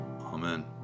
Amen